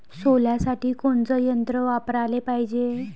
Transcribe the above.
सोल्यासाठी कोनचं यंत्र वापराले पायजे?